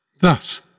Thus